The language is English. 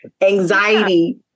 Anxiety